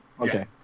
Okay